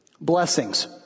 Blessings